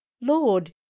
Lord